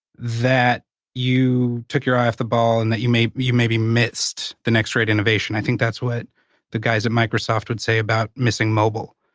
that you took your eye off the ball and that you maybe you maybe missed he next great innovation. i think that's what the guys at microsoft would say about missing mobile.